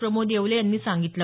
प्रमोद येवले यांनी सांगितलं